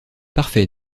parfait